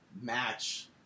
match